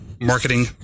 marketing